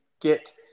get